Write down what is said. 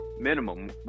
minimum